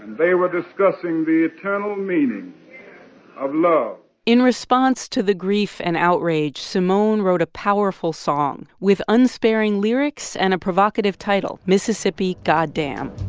they were discussing the eternal meaning of love in response to the grief and outrage, simone wrote a powerful song with unsparing lyrics and a provocative title mississippi goddam.